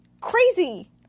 crazy